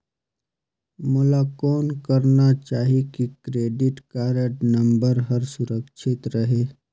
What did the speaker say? मोला कौन करना चाही की क्रेडिट कारड नम्बर हर सुरक्षित रहे?